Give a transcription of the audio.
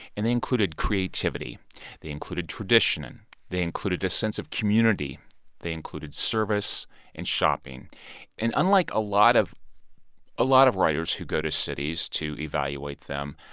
and they included creativity they included tradition and they included a sense of community they included service and shopping and unlike a lot of a lot of writers who go to cities to evaluate them,